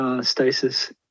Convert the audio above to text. Stasis